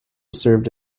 served